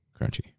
Crunchy